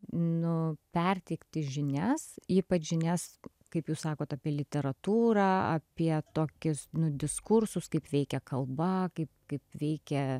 nu perteikti žinias ypač žinias kaip jūs sakot apie literatūrą apie tokius diskursus kaip veikia kalba kaip kaip veikia